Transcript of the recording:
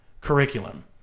curriculum